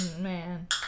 man